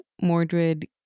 Mordred